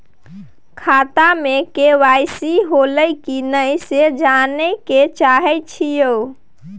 खाता में के.वाई.सी होलै की नय से जानय के चाहेछि यो?